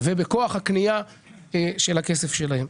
ובכוח הקנייה של הכסף שלהם.